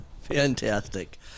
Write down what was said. Fantastic